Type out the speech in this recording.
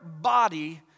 body